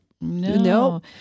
no